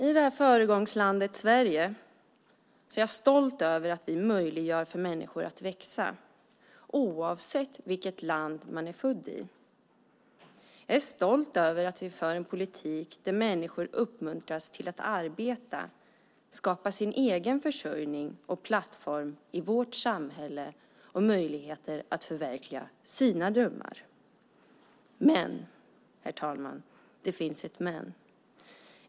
I det här föregångslandet Sverige är jag stolt över att vi möjliggör för människor att växa, oavsett vilket land man är född i. Jag är stolt över att vi för en politik där människor uppmuntras till att arbeta, skapa sin egen försörjning och plattform i vårt samhälle och ges möjligheter att förverkliga sina drömmar. Men det finns ett men, herr talman.